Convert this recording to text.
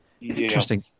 Interesting